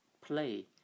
play